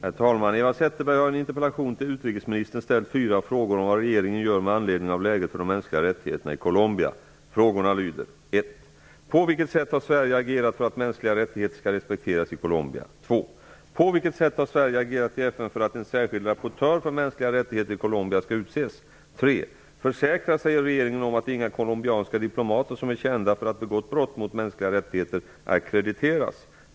Herr talman! Eva Zetterberg har i en interpellation till utrikesministern ställt fyra frågor om vad regeringen gör med anledning av läget för de mänskliga rättigheterna i Colombia. Frågorna lyder: 1.På vilket sätt har Sverige agerat för att mänskliga rättigheter skall respekteras i Colombia? 2.På vilket sätt har Sverige agerat i FN för att en särskild rapportör för mänskliga rättigheter i Colombia skall utses? 3.Försäkrar sig regeringen om att inga colombianska diplomater som är kända för att ha begått brott mot mänskliga rättigheter ackrediteras?